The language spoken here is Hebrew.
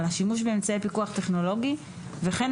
על השימוש באמצעי פיקוח טכנולוגי,